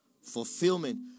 fulfillment